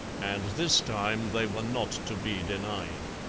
and this time they were not to be denied.